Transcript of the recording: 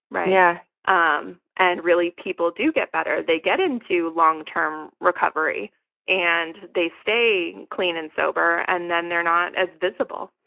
yeah um and really, people do get better. they get into long term recovery and they stay clean and sober and then they're not as visible.